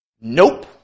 Nope